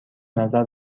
نظر